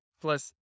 plus